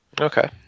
okay